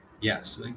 Yes